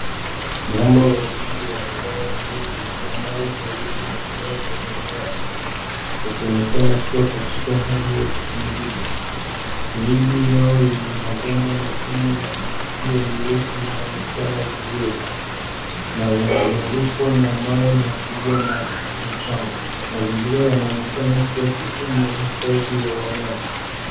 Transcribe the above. Mamba wawili wamelala juu ya mawe karibu na eneo lenye nyasi wakionekana kuwa katika hali ya kupumzika. Miili yao yenye magamba magumu na mikia mirefu inaonekana vizuri na wamezungukwa na mawe makubwa na mchanga. Mazingira yanaonekana kuwa sehemu ya hifadhi ya wanyama.